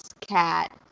cat